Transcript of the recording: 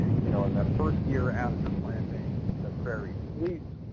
you know and the first year after planting the prairie sleeps,